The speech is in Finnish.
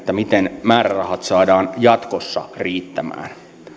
miten määrärahat saadaan jatkossa riittämään